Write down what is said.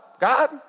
God